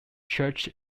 church